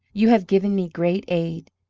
you have given me great aid.